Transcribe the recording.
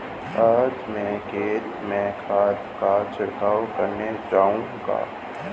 आज मैं खेत में खाद का छिड़काव करने जाऊंगा